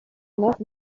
enough